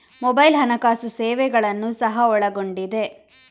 mobile ಹಣಕಾಸು ಸೇವೆಗಳನ್ನು ಸಹ ಒಳಗೊಂಡಿದೆ